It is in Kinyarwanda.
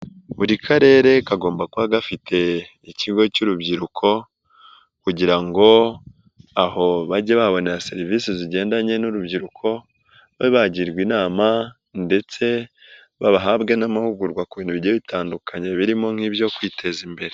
Buri karere kagomba kuba gafite ikigo cy'urubyiruko, kugira ngo aho bajye babonera serivisi zigendanye n'urubyiruko babe bagirwa inama, ndetse babahabwe n'amahugurwa ku bintu bigiye bitandukanye birimo nk'ibyo kwiteza imbere.